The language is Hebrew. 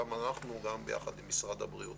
גם אנחנו וגם ביחד עם משרד הבריאות.